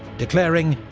declaring,